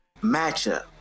matchup